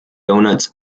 donuts